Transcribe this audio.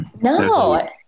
No